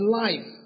life